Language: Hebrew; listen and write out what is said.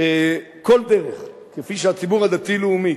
כל דרך, כפי שהציבור הדתי-לאומי